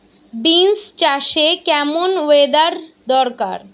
Beans চাষে কেমন weather দরকার?